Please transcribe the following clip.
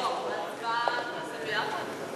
לא, אבל הצבעה נעשה ביחד?